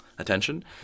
attention